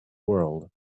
world